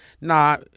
Nah